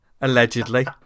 Allegedly